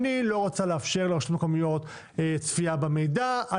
לא רוצה לאפשר לרשויות המקומיות צפייה במידע,